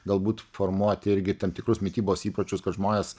galbūt formuoti irgi tam tikrus mitybos įpročius kad žmonės